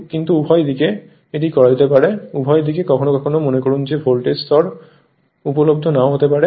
কিন্তু উভয় দিকে এটি করা যেতে পারে উভয় দিকে কখনও কখনও মনে করুন যে ভোল্টেজ স্তর উপলব্ধ নাও হতে পারে